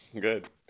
Good